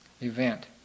event